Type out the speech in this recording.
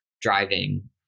driving